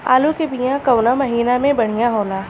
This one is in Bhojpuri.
आलू के बिया कवना माटी मे बढ़ियां होला?